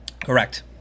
Correct